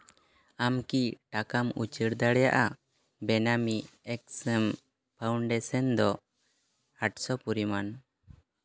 ᱟᱢ ᱠᱤ ᱴᱟᱠᱟᱢ ᱩᱪᱟᱹᱲ ᱫᱟᱲᱮᱭᱟᱜᱼᱟ ᱵᱮᱱᱟᱢᱤ ᱮᱠᱥᱮᱢ ᱯᱷᱟᱣᱩᱱᱰᱮᱥᱮᱱ ᱫᱚ ᱟᱴᱥᱚ ᱯᱚᱨᱤᱢᱟᱱ